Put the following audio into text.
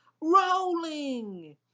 rolling